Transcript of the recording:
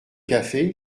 café